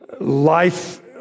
Life